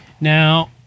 Now